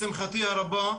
לשמחתי הרבה,